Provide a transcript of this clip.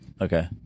Okay